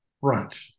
front